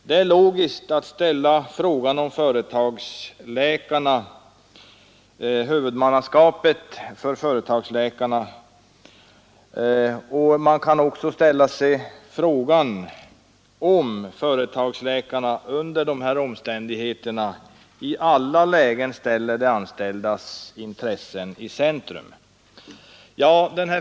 Det är logiskt att ställa frågan huruvida företagsläkarna under de omständigheterna i alla lägen sätter de anställdas intressen i centrum.